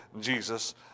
Jesus